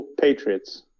Patriots